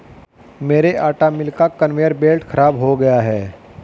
मेरे आटा मिल का कन्वेयर बेल्ट खराब हो गया है